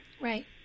Right